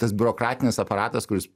tas biurokratinis aparatas kuris